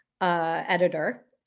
editor